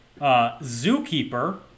Zookeeper